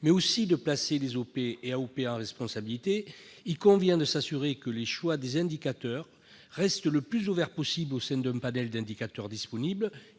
mais aussi de placer les OP et les AOP en responsabilité, il convient de s'assurer que le choix des indicateurs reste le plus ouvert possible au sein d'un panel d'indicateurs disponibles,